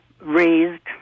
raised